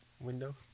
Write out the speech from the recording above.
window